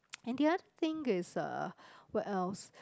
and the other thing is uh what else